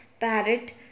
Parrot